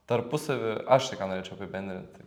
tarpusavy aš tai ką norėčiau apibendrinti